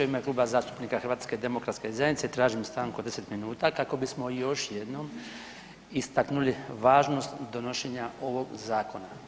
U ime Kluba zastupnika HDZ-a tražim stanku od 10 minuta kako bismo još jednom istaknuli važnost donošenja ovog zakona.